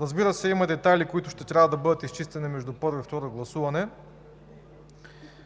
Разбира се, има детайли, които ще трябва да бъдат изчистени между първо и второ гласуване,